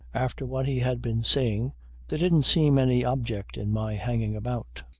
after what he had been saying there didn't seem any object in my hanging about.